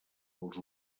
els